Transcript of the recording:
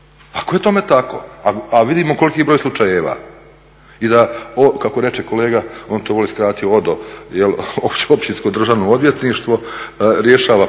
Ako je tome tako, a vidimo koliki je broj slučajeva i da kako reče kolega, on to voli skratiti ODO, Općinsko državno odvjetništvo rješava 50,